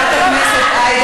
אני מבקשת לסגור מיקרופון.